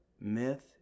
myth